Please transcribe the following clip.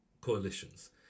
coalitions